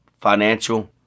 financial